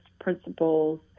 principles